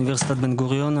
אוניברסיטת בן גוריון.